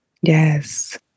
Yes